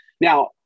Now